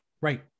Right